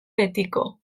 betiko